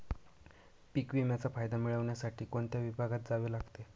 पीक विम्याचा फायदा मिळविण्यासाठी कोणत्या विभागात जावे लागते?